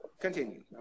continue